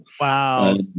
Wow